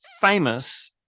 famous